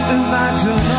imagine